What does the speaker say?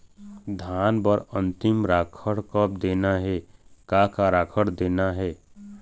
धान बर अन्तिम राखर कब देना हे, का का राखर देना हे?